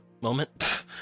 moment